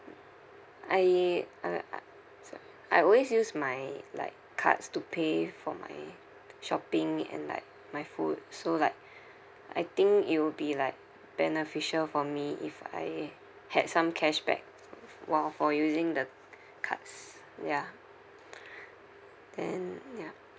I uh I always use my like cards to pay for my shopping and like my food so like I think it will be like beneficial for me if I had some cashback while for using the c~ cards ya then ya